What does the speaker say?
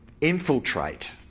infiltrate